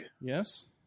Yes